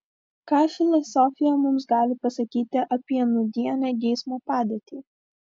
ką filosofija mums gali pasakyti apie nūdienę geismo padėtį